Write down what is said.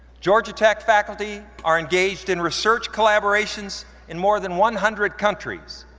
georgia tech faculty are engaged in research collaborations in more than one hundred countries.